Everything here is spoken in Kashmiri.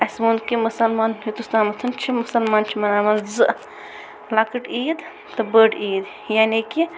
اَسہِ ووٚن کہِ مسلمان یوٚتس تامَتھَ چھِ مسلمان چھٕ مناوان زٕ لۄکٕٹ عیٖد تہٕ بٔڑ عیٖد یعنی کہِ